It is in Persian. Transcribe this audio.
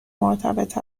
مرتبط